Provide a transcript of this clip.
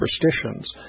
superstitions